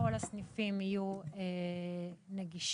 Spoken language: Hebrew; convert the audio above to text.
שכל הסניפים יהיו נגישים.